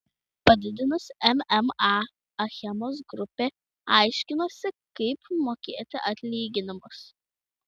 padidinus mma achemos grupė aiškinosi kaip mokėti atlyginimus